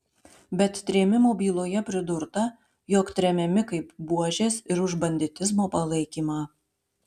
bet trėmimo byloje pridurta jog tremiami kaip buožės ir už banditizmo palaikymą